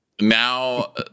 now